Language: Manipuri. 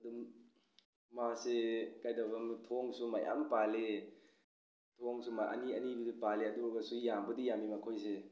ꯑꯗꯨꯝ ꯃꯥꯁꯤ ꯀꯩꯗꯧꯕ ꯊꯣꯡꯁꯨ ꯃꯌꯥꯝ ꯄꯥꯜꯂꯤ ꯊꯣꯡꯁꯨ ꯑꯅꯤ ꯑꯅꯤꯗꯨꯗꯤ ꯄꯥꯜꯂꯤ ꯑꯗꯨꯒꯁꯨ ꯌꯥꯝꯕꯨꯗꯤ ꯌꯥꯝꯃꯤ ꯃꯈꯣꯏꯁꯦ